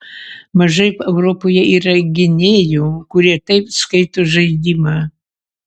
mažai europoje yra gynėjų kurie taip skaito žaidimą